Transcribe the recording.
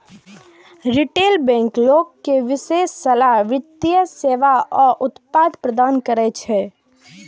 retail bank लोग कें विशेषज्ञ सलाह, वित्तीय सेवा आ उत्पाद प्रदान करै छै